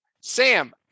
Sam